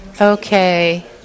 Okay